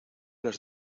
las